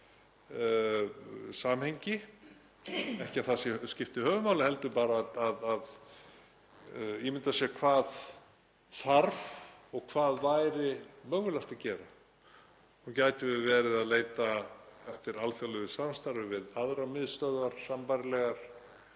ekki að það skipti höfuðmáli heldur bara að ímynda sér hvað þarf og hvað væri mögulegt að gera. Gætum við verið að leita eftir alþjóðlegu samstarfi við aðrar sambærilegar